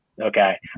Okay